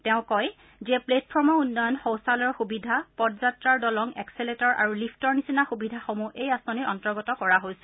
তেওঁ কয় যে প্লেটফৰ্মৰ উন্নয়ন শৌচালয়ৰ সূবিধা পদযাত্ৰাৰ দলং এক্সেলেটৰ আৰু লিফটৰ নিচিনা সুবিধাসমূহ এই আঁচনিৰ অন্তৰ্গত কৰা হৈছে